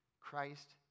Christ